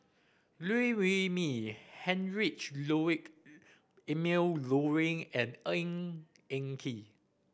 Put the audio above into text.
Liew Wee Mee Heinrich Ludwig Emil Luering and Ng Eng Kee